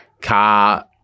car